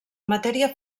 matèria